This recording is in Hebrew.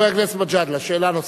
חבר הכנסת מג'אדלה, שאלה נוספת.